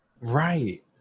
Right